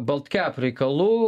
baltkep reikalų